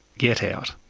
get out.